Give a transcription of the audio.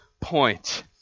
point